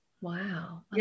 Wow